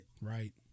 Right